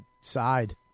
side